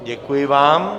Děkuji vám.